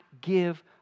give